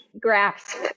grasp